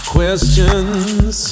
Questions